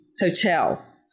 hotel